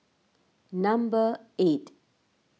number eight